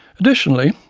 additionally,